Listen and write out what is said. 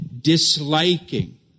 disliking